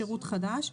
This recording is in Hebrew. שירות חדש),